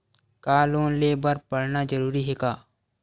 का लोन ले बर पढ़ना जरूरी हे का?